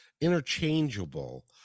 interchangeable